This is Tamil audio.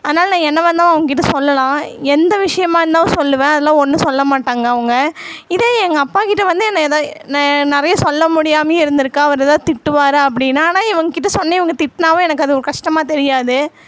அதனால் நான் என்னவா இருந்தாலும் அவங்ககிட்ட சொல்லலாம் எந்த விஷயமாக இருந்தாவும் சொல்லுவேன் அதெல்லாம் ஒன்றும் சொல்லமாட்டாங்க அவங்க இதே எங்கள் அப்பாகிட்ட வந்து என்ன எதாது நான் நிறைய சொல்ல முடியாமையும் இருந்துருக்கேன் அவரு எதாவது திட்டுவாரு அப்படின்னு ஆனால் இவங்ககிட்ட சொன்னேன் இவங்க திட்டினாவும் எனக்கு அது ஒரு கஷ்டமாக தெரியாது